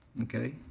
okay.